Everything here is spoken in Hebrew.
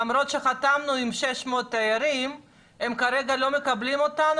למרות שחתמנו על 600 תיירים הם כרגע לא מקבלים אותנו